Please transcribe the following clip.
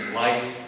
life